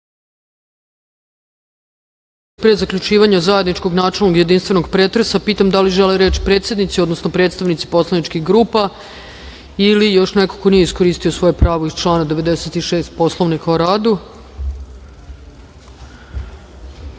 pre zaključivanja zajedničkog načelnog i jedinstvenog pretresa, pitam da li žele reč predsednici, odnosno predstavnici poslaničkih grupa ili još neko ko nije iskoristio svoje pravo iz člana 96. Poslovnika o radu? Reč